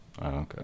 Okay